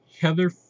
Heather